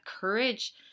courage